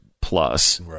plus